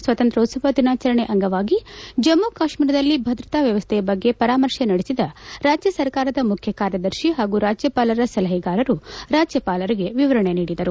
ಸ್ವಾತಂತ್ರ್ಯೋತ್ಸವ ದಿನಾಚರಣೆ ಅಂಗವಾಗಿ ಜಮ್ಮ ಕಾಶ್ಮೀರದಲ್ಲಿ ಭದ್ರತಾ ವ್ಯವಸ್ಥೆ ಬಗ್ಗೆ ಪರಾಮರ್ಶೆ ನಡೆಸಿದ ರಾಜ್ಯ ಸರ್ಕಾರದ ಮುಖ್ವ ಕಾರ್ಯದರ್ಶಿ ಹಾಗೂ ರಾಜ್ಜಪಾಲರ ಸಲಹೆಗಾರರು ರಾಜ್ಜಪಾಲರಿಗೆ ವಿವರಣೆ ನೀಡಿದರು